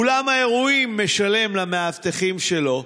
אולם האירועים משלם למאבטחים שלו,